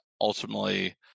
ultimately